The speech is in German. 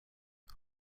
was